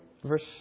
Verse